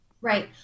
right